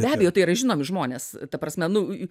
be abejo tai yra žinomi žmonės ta prasme nu